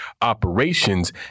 operations